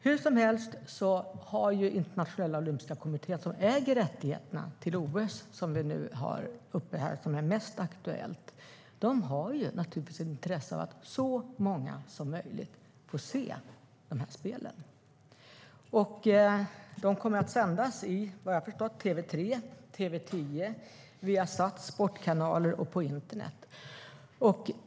Hur som helst har Internationella olympiska kommittén, som äger rättigheterna till OS - som vi nu har uppe här och som är mest aktuellt - ett intresse av att så många som möjligt får se spelen. Spelen kommer såvitt jag har förstått att sändas i TV3, i TV10, i Viasats sportkanaler och på internet.